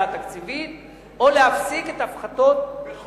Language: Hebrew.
התקציבית או להפסיק את ההפחתות במס הכנסה.